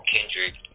Kendrick